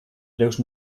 breus